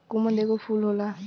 कुमुद एगो फूल होला